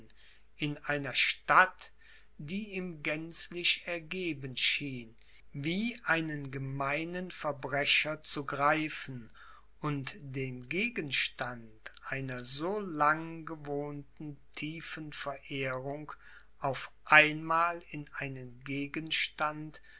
in einer stadt die ihm gänzlich ergeben schien wie einen gemeinen verbrecher zu greifen und den gegenstand einer so lang gewohnten tiefen verehrung auf einmal in einen gegenstand